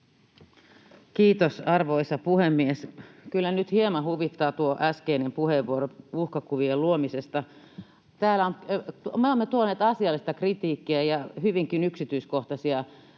Kiitos, arvoisa puhemies! Kyllä nyt hieman huvittaa tuo äskeinen puheenvuoro uhkakuvien luomisesta. Kun me olemme tuoneet asiallista kritiikkiä ja hyvinkin yksityiskohtaisia nostoja